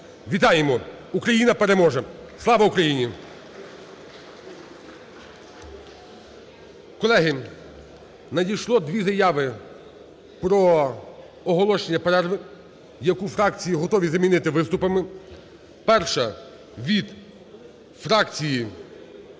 Вітаємо! Україна переможе! Слава Україні!